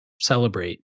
celebrate